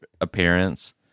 appearance